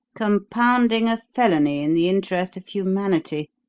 compounding a felony in the interest of humanity,